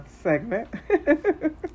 segment